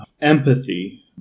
empathy